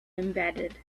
embedded